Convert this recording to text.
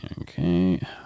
Okay